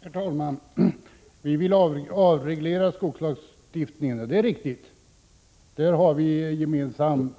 Herr talman! Vi vill avreglera skogslagstiftningen, det är riktigt. Därvidlag har vi én gemensam